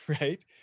right